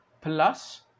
Plus